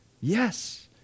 Yes